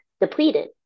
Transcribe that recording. depleted